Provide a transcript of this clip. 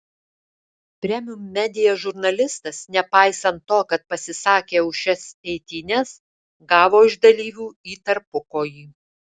premium media žurnalistas nepaisant to kad pasisakė už šias eitynes gavo iš dalyvių į tarpukojį